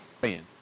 fans